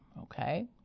okay